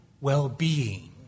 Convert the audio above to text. well-being